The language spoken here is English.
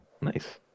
Nice